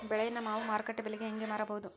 ಬೆಳೆಯನ್ನ ನಾವು ಮಾರುಕಟ್ಟೆ ಬೆಲೆಗೆ ಹೆಂಗೆ ಮಾರಬಹುದು?